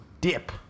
dip